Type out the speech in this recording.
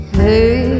hey